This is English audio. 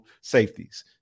safeties